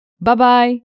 Bye-bye